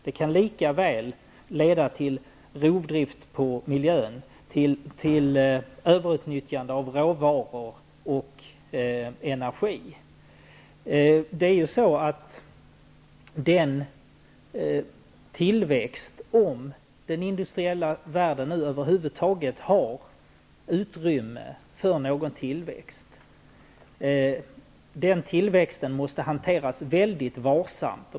Det kan lika väl leda till rovdrift på miljön, till överutnyttjande av råvaror och energi. Om den industriella världen över huvud taget har utrymme för någon tillväxt, måste den tillväxten hanteras väldigt varsamt.